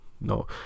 No